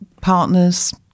Partners